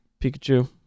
Pikachu